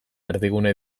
erdigune